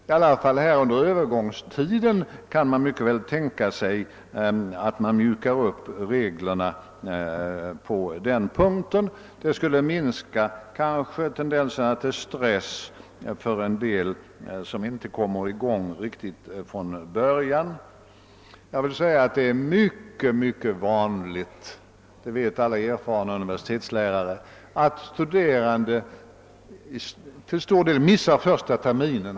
I varje fall under övergångstiden kan man mycket väl tänka sig att mjuka upp reglerna på den punkten. Det skulle kanske kunna minska tendenserna till stress för en del, som inte kommer i gång riktigt från början. Det är ju mycket vanligt — det vet alla erfarna universitetslärare — att studerande till stor del missar första terminen.